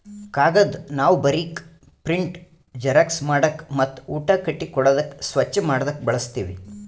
ಕಾಗದ್ ನಾವ್ ಬರೀಕ್, ಪ್ರಿಂಟ್, ಜೆರಾಕ್ಸ್ ಮಾಡಕ್ ಮತ್ತ್ ಊಟ ಕಟ್ಟಿ ಕೊಡಾದಕ್ ಸ್ವಚ್ಚ್ ಮಾಡದಕ್ ಬಳಸ್ತೀವಿ